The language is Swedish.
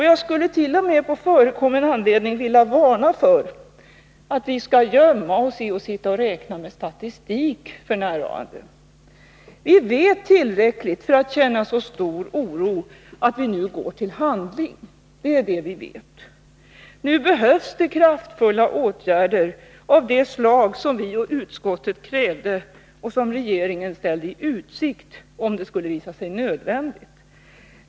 Jag skulle på förekommen anledning t.o.m. vilja varna för att man som nu sker gömmer sig bakom statistiska beräkningar. Vi vet tillräckligt för att känna så stor oro att vi nu går till handling. Nu behövs kraftfulla åtgärder av det slag som vi och utskottet krävde och som regeringen ställde i utsikt, om det skulle visa sig nödvändigt.